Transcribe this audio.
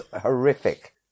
horrific